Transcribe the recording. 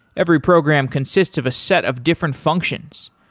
every program consists of a set of different functions.